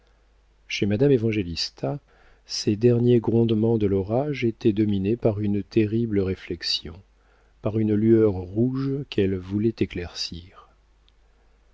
chez madame évangélista ces derniers grondements de l'orage étaient dominés par une terrible réflexion par une lueur rouge qu'elle voulait éclaircir